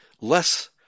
less